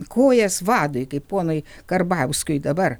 kojas vadui kaip ponui karbauskiui dabar